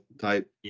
type